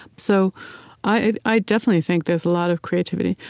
so i definitely think there's a lot of creativity.